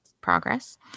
progress